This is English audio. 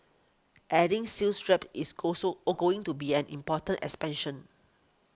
adding sales reps is go so a going to be an important expansion